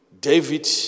David